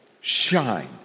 shine